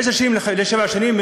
מעשר שנים לשבע שנים,